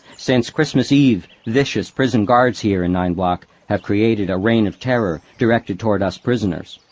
since christmas eve, vicious prison guards here in nine block have created a reign of terror directed toward us prisoners.